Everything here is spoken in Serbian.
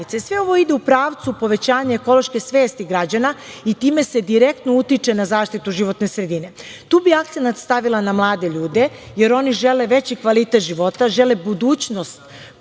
ovo ide u pravcu povećanja ekološke svesti građana i time se direktno utiče na zaštitu životne sredine. Tu bih akcenat stavila na mlade ljude, jer oni žele veći kvalitet života, žele budućnost